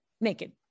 naked